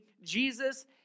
Jesus